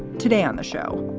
today on the show,